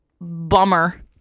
bummer